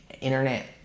internet